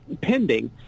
pending